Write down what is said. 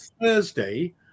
Thursday